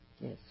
Yes